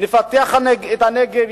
נפתח את הנגב,